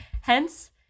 Hence